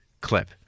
clip